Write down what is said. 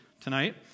tonight